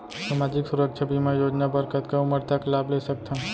सामाजिक सुरक्षा बीमा योजना बर कतका उमर तक लाभ ले सकथन?